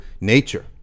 nature